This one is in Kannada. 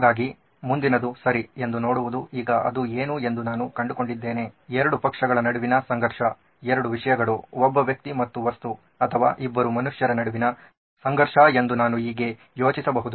ಹಾಗಾಗಿ ಮುಂದಿನದು ಸರಿ ಎಂದು ನೋಡುವುದು ಈಗ ಅದು ಏನು ಎಂದು ನಾನು ಕಂಡುಕೊಂಡಿದ್ದೇನೆ ಎರಡು ಪಕ್ಷಗಳ ನಡುವಿನ ಸಂಘರ್ಷ ಎರಡು ವಿಷಯಗಳು ಒಬ್ಬ ವ್ಯಕ್ತಿ ಮತ್ತು ವಸ್ತು ಅಥವಾ ಇಬ್ಬರು ಮನುಷ್ಯರ ನಡುವಿನ ಸಂಘರ್ಷ ಎಂದು ನಾನು ಹೀಗೆ ಯೋಚಿಸಬಹುದು